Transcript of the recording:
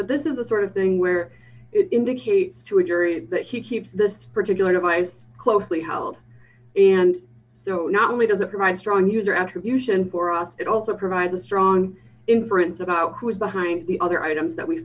but this is the sort of thing where it indicates to a jury that he keeps this particular device closely held and so not only does it provide a strong user attribution for us it also provides a strong inference about who is behind the other items that we